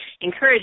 encourage